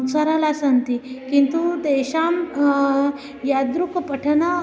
सरला सन्ति किन्तु तेषां यादृक् पठनम्